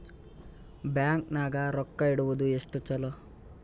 Bank ನಾಗ ರೊಕ್ಕ ಇಡುವುದು ಎಷ್ಟು ಚಲೋ?